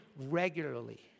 regularly